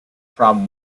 problem